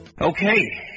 Okay